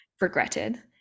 regretted